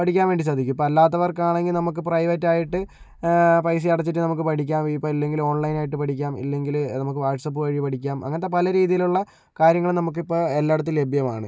പഠിപ്പിക്കാൻ വേണ്ടി സാധിക്കും അപ്പം അല്ലാത്തവർക്ക് ആണെങ്കിൽ നമുക്ക് പ്രൈവറ്റ് ആയിട്ട് പൈസ അടച്ചിട്ട് നമുക്ക് പഠിക്കാൻ വേണ്ടി ഇപ്പോൾ അല്ലെങ്കിൽ ഓൺലൈൻ ആയിട്ട് പഠിക്കാം ഇല്ലെങ്കില് നമുക്ക് വാട്ട്സ്ആപ്പ് വഴി പഠിക്കാം അങ്ങനത്തെ പല രീതിയിലുള്ള കാര്യങ്ങൾ നമുക്ക് ഇപ്പോൾ എല്ലായിടത്തും ലഭ്യമാണ്